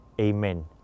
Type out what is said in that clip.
Amen